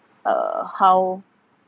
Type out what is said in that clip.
uh how